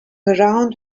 around